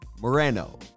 Moreno